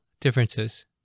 Differences